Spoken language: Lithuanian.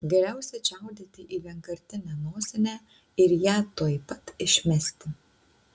geriausia čiaudėti į vienkartinę nosinę ir ją tuoj pat išmesti